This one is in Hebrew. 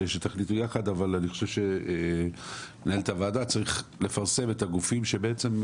עליה תחליטו ביחד אבל אני חושב שצריך לפרסם את שמות הגופים שמתעלמים.